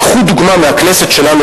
לקחו דוגמה מהכנסת שלנו,